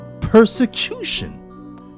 persecution